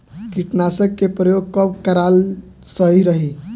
कीटनाशक के प्रयोग कब कराल सही रही?